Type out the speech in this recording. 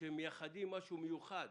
כשמייחדים משהו מיוחד,